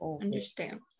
understand